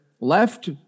left